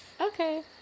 Okay